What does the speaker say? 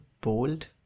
bold